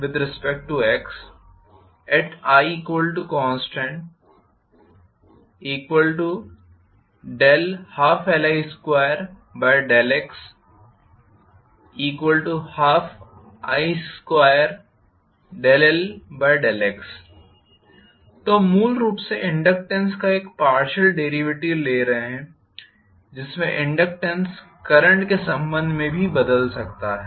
iconstant12Li2∂x12i2∂L∂x तो हम मूल रूप से इनडक्टेन्स का एक पार्शियल डेरीवेटिव ले रहे हैं जिसमें इनडक्टेन्स करंट के संबंध में बदल भी सकता है